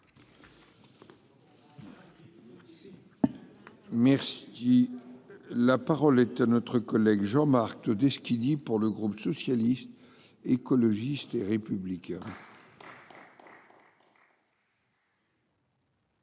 Merci qui la parole est à notre collègue Jean-Marc Todeschini pour le groupe socialiste, écologiste et républicain.